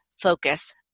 focus